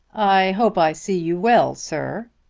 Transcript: i hope i see you well, sir,